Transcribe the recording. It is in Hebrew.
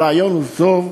הרעיון טוב,